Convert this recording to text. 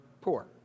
poor